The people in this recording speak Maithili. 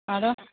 आरो